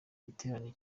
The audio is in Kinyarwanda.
giterane